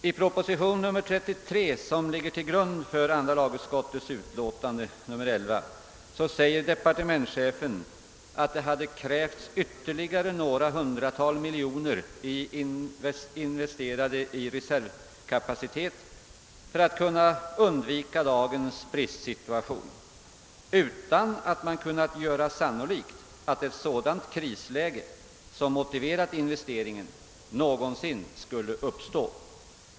I propositionen 33, som ligger till grund för andra lagutskottets utlåtande nr 11, säger departementschefen, att det hade krävts ytterligare några hundra miljoner kronor investerade i reservkapacitet för att man skulle kunna undvika dagens bristsituation, utan att det hade kunnat göras sannolikt att det krisläge, som motiverat investeringen, någonsin skulle uppstå.